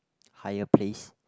higher place